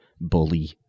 bully